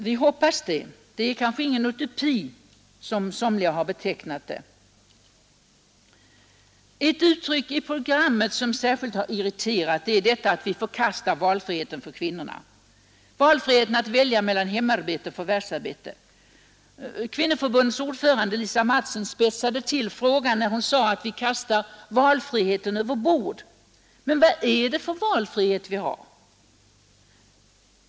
Vi hoppas det; det är kanske ingen utopi, såsom några har betecknat det. Ett uttryck i programmet som särskilt har väckt irritation är att vi förkastar valfriheten för kvinnorna — valfriheten att välja mellan hemarbete och förvärvsarbete. Kvinnoförbundets ordförande Lisa Mattson spetsade till frågan när hon sade att vi kastar valfriheten över bord. Vad är det för valfrihet vi har?